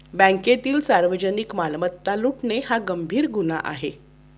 बँकेतील सार्वजनिक मालमत्ता लुटणे हा गंभीर गुन्हा आहे